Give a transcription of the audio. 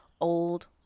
old